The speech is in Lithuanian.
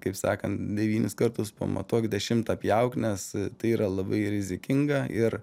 kaip sakant devynis kartus pamatuok dešimtą pjauk nes tai yra labai rizikinga ir